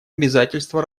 обязательство